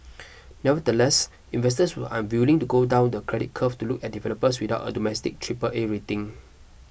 nevertheless investors were unwilling to go down the credit curve to look at developers without a domestic Triple A rating